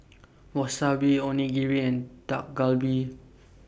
Wasabi Onigiri and Dak Galbi